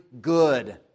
good